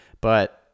But-